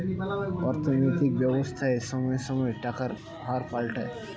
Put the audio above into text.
অর্থনৈতিক ব্যবসায় সময়ে সময়ে টাকার হার পাল্টায়